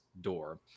Door